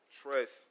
trust